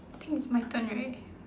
I think it's my turn right